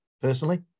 personally